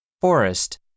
Forest